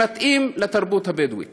שמתאים לתרבות הבדואית.